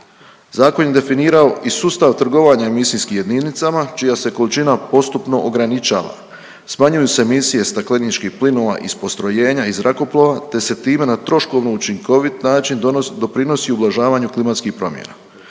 Zakon je definirao i sustav trgovanja emisijskim jedinicama čija se količina postupno ograničava, smanjuju se emisije stakleničkih plinova iz postrojenja iz zrakoplova, te se time na troškovno učinkovit način doprinosi ublažavanju klimatskih promjena.